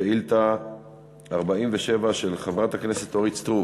שאילתה 47 של חברת הכנסת אורית סטרוק,